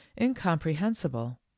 incomprehensible